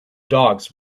dogs